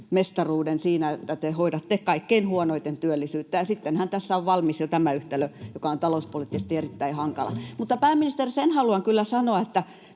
mestaruuden siinä, että te hoidatte kaikkein huonoiten työllisyyttä. Ja sittenhän tässä on valmis jo tämä yhtälö, joka on talouspoliittisesti erittäin hankala. Mutta, pääministeri, sen haluan kyllä sanoa, että